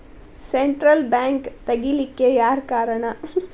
Central bank ತಗಿಲಿಕ್ಕೆಯಾರ್ ಕಾರಣಾ?